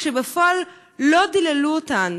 כשבפועל לא דיללו אותן?